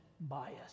bias